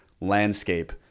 landscape